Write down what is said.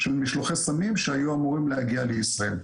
של משלוחי סמים שהיו אמורים להגיע לישראל.